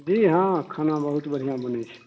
जी हाँ खाना बहुत बढ़िऑं बनै छै